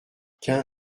quinze